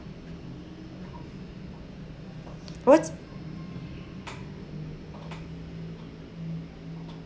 what's